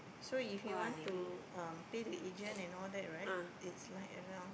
so if you want to um pay the agent and all that right it's like around